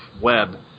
Web